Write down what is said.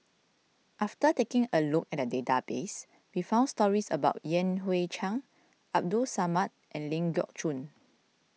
after taking a look at the database we found stories about Yan Hui Chang Abdul Samad and Ling Geok Choon